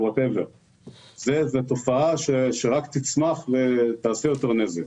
זו תופעה שתצמח ותעשה יותר נזק.